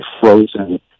frozen